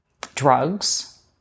drugs